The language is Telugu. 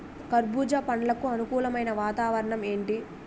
కర్బుజ పండ్లకు అనుకూలమైన వాతావరణం ఏంటి?